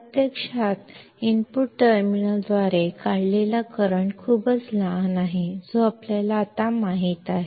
प्रत्यक्षात इनपुट टर्मिनलद्वारे काढलेला करंट खूपच लहान आहे जो आपल्याला आता माहित आहे